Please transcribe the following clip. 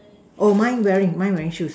oh mine wearing mine wearing shoes